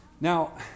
Now